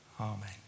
Amen